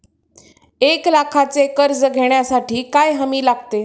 एक लाखाचे कर्ज घेण्यासाठी काय हमी लागते?